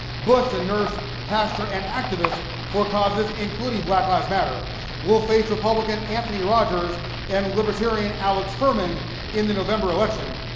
bush a nurse pastor and activist for causes including black lives matter will face republican anthony rogers and libertarian alex from an in the november election.